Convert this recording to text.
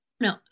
No